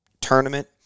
tournament